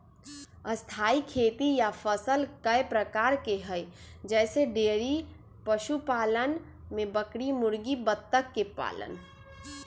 स्थाई खेती या फसल कय प्रकार के हई जईसे डेइरी पशुपालन में बकरी मुर्गी बत्तख के पालन